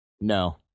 No